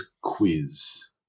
Quiz